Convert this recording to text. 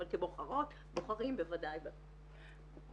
אבל כבוחרות ובורחים בוודאי --- כן.